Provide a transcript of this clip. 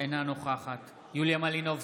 נוכחת יוליה מלינובסקי,